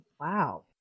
Wow